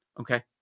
okay